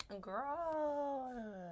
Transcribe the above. Girl